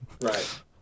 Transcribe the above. Right